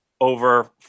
over